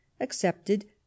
accepted